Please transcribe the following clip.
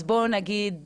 אז בואו נגיד,